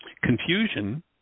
Confusion